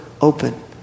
open